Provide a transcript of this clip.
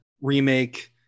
remake